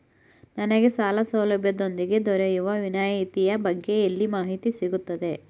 ನನಗೆ ಸಾಲ ಸೌಲಭ್ಯದೊಂದಿಗೆ ದೊರೆಯುವ ವಿನಾಯತಿಯ ಬಗ್ಗೆ ಎಲ್ಲಿ ಮಾಹಿತಿ ಸಿಗುತ್ತದೆ?